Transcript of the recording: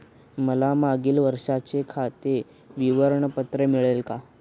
मला मागील वर्षाचे खाते विवरण पत्र मिळेल का?